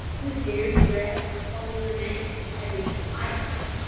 whose very dress told her name, at least in my eyes,